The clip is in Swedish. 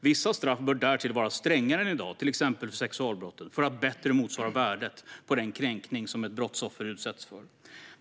Vissa straff bör därtill vara strängare än i dag - till exempel för sexualbrott - för att bättre motsvara värdet på den kränkning som ett brottsoffer utsätts för.